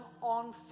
on